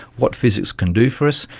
what physics can do for us,